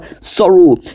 sorrow